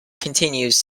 continues